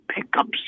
pickups